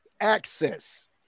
access